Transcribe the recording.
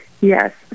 Yes